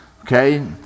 okay